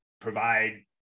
provide